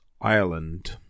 Ireland